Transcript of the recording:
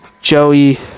Joey